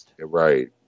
Right